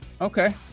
okay